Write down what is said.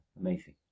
amazing